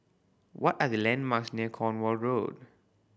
what are the landmarks near Cornwall Road